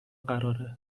قراره